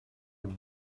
will